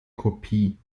kopie